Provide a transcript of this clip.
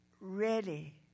ready